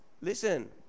listen